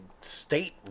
state